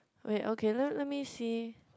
wait okay let let me see